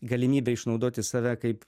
galimybė išnaudoti save kaip